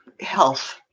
health